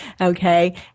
okay